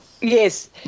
Yes